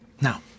Now